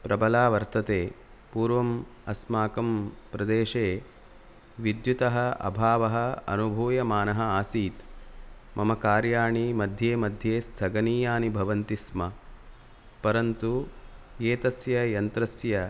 प्रबला वर्तते पूर्वम् अस्माकं प्रदेशे विद्युतः अभावः अनुभूयमानः आसीत् मम कार्याणि मध्ये मध्ये स्थगनीयानि भवन्ति स्म परन्तु एतस्य यन्त्रस्य